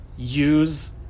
use